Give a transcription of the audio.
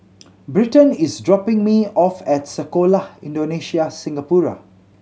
Britton is dropping me off at Sekolah Indonesia Singapura